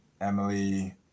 Emily